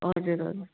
हजुर हजुर